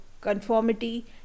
conformity